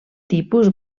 tipus